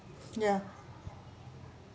ya